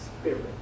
spirit